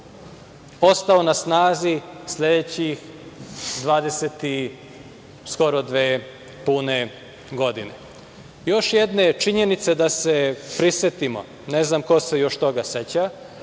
ostao na snazi sledeće skoro 22 pune godine. Još jedna je činjenica da se prisetimo, ne znam ko se još toga seća,